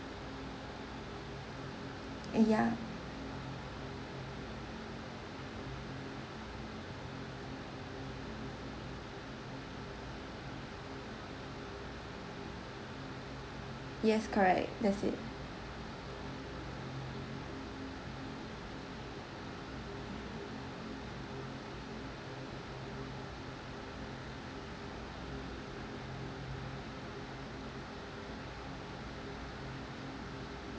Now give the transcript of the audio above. uh ya yes correct that's it